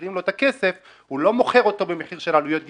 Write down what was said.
כשמחזירים לו את הכסף הוא לא מוכר אותו במחיר של עלויות גיוס,